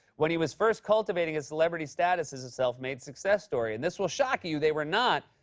when he was first cultivating his celebrity status as a self-made success story. and this will shock you you they were not,